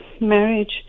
marriage